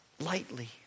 lightly